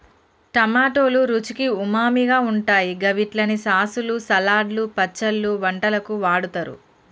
టమాటోలు రుచికి ఉమామిగా ఉంటాయి గవిట్లని సాసులు, సలాడ్లు, పచ్చళ్లు, వంటలకు వాడుతరు